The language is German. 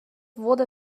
wurde